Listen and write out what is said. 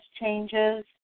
changes